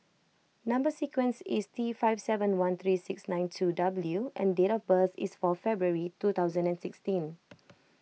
Number Sequence is T five seven one three six nine two W and date of birth is fourth February two thousand and sixteen